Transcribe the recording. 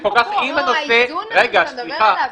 זה האיזון שאתה מדבר עליו.